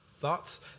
Thoughts